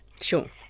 sure